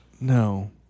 No